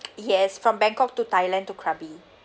yes from bangkok to thailand to krabi